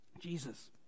Jesus